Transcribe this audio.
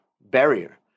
barrier